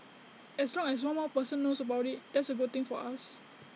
as long as one more person knows about IT that's A good thing for us